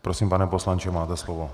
Prosím, pane poslanče, máte slovo.